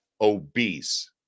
obese